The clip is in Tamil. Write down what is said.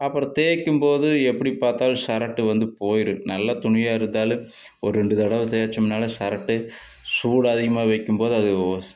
அப்புறம் தேய்க்கும் போது எப்படி பார்த்தாலும் சரட்டு வந்து போயிடும் நல்ல துணியாக இருந்தாலும் ஒரு ரெண்டு தடவை தேய்ச்சமுன்னாலே சரட்டு சூடு அதிகமாக வைக்கும்போது அது